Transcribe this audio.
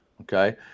Okay